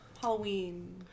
Halloween